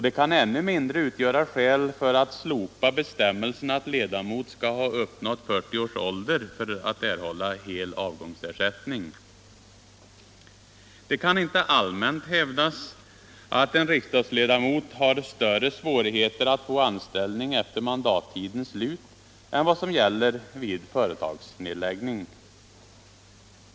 Det kan ännu mindre ut-' göra skäl för att slopa bestämmelsen att ledamot skall ha uppnått 40 års ålder för att erhålla hel avgångsersättning. Det kan inte allmänt hävdas att en riksdagsledamot har större svårigheter att få anställning efter mandattidens slut än vad som gäller vid en företagsnedläggning.